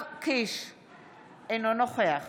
אינו נוכח